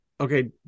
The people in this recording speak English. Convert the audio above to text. Okay